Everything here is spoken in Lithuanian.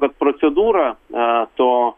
kad procedūrą a to